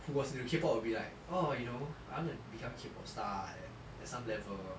who was into K pop will be like orh you know I wanna become K pop star at at some level